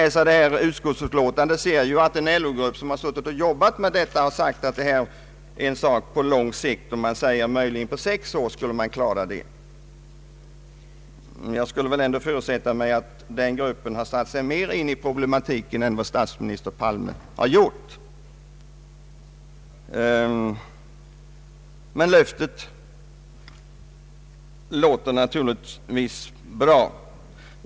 I föreliggande utskottsutlåtande anför emellertid den LO-grupp som har arbetat med denna fråga att det möjligen skulle kunna åstadkommas på sex år. Jag förutsätter att den gruppen är mer insatt i problematiken än vad herr Palme är. Men hans löften låter naturligtvis bra även om de äro dåligt underbyggda.